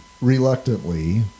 reluctantly